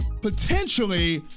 potentially